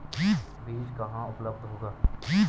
बीज कहाँ उपलब्ध होगा?